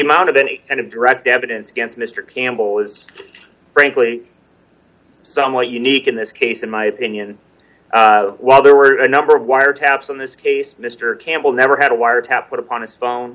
amount of any kind of direct evidence against mr campbell is frankly somewhat unique in this case in my opinion while there were a number of wiretaps in this case mr campbell never had a wiretap put upon his phone